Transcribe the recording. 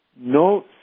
no